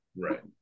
right